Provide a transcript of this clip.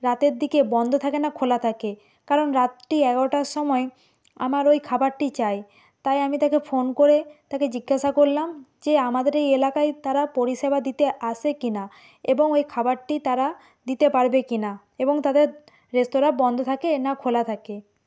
রাতের দিকে বন্ধ থাকে না খোলা থাকে কারণ রাত্রি এগারোটার সময় আমার ওই খাবারটি চাই তাই আমি তাকে ফোন করে তাকে জিজ্ঞাসা করলাম যে আমাদের এই এলাকায় তারা পরিষেবা দিতে আসে কি না এবং ওই খাবারটি তারা দিতে পারবে কি না এবং তাদের রেস্তোরাঁ বন্ধ থাকে না খোলা থাকে